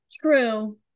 True